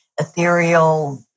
ethereal